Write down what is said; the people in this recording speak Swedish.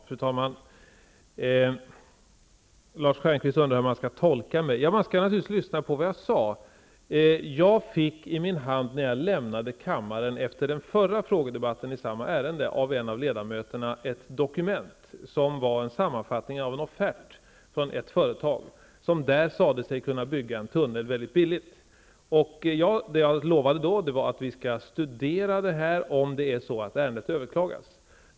Fru talman! Lars Stjernkvist undrar hur man skall tolka mig. Man skall naturligtvis lyssna till vad jag sade. Jag fick i min hand när jag lämnade kammaren efter den förra frågedebatten i samma ärende av en av ledamöterna ett dokument som var en sammanfattning av en offert från ett företag, som där sade sig kunna bygga en tunnel mycket billigt. Det jag då lovade var att regeringen skulle studera detta om ärendet överklagades.